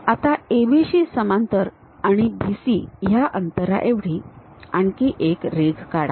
आता AB शी समांतर आणि BC ह्या अंतराएवढी आणखी एक रेष काढा